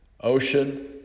Ocean